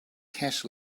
cash